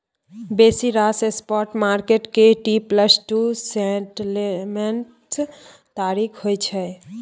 बेसी रास spot market के टी प्लस टू सेटलमेंट्स तारीख होइ छै